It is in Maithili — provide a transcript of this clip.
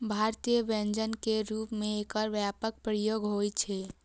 भारतीय व्यंजन के रूप मे एकर व्यापक प्रयोग होइ छै